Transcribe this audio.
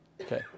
okay